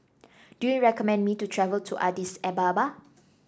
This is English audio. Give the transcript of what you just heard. do you recommend me to travel to Addis Ababa